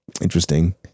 Interesting